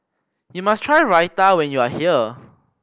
you must try Raita when you are here